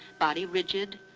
body rigid,